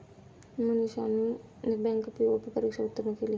मनीषाने bank PO परीक्षा उत्तीर्ण केली